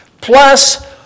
Plus